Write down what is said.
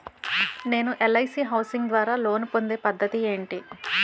నేను LIC housing ద్వారా loan పొందే పద్ధతి ఏంటి?